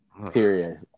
Period